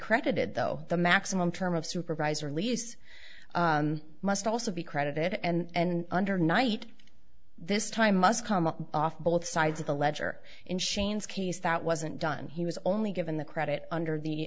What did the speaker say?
credited though the maximum term of supervisor lease must also be credited and under night this time must come off both sides of the ledger in shane's case that wasn't done he was only given the credit under the